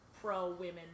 pro-women